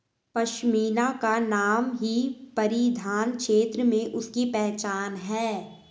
पशमीना का नाम ही परिधान क्षेत्र में उसकी पहचान है